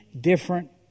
different